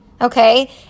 Okay